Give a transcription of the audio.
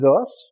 thus